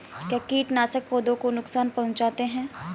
क्या कीटनाशक पौधों को नुकसान पहुँचाते हैं?